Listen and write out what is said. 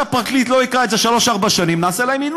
הפרקליטות צריכה לקרוא את החומר ולהחליט אם להגיש כתב אישום,